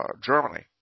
Germany